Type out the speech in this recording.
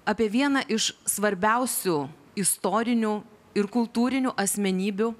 apie vieną iš svarbiausių istorinių ir kultūrinių asmenybių